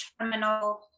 terminal